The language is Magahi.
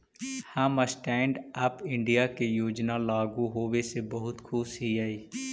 हम स्टैन्ड अप इंडिया के योजना लागू होबे से बहुत खुश हिअई